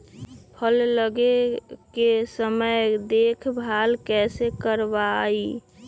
फल लगे के समय देखभाल कैसे करवाई?